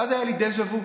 ואז היה לי דז'ה וו.